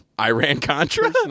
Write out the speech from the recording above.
Iran-Contra